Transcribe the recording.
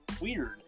Weird